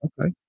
Okay